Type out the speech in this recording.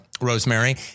Rosemary